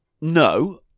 No